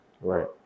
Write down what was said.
Right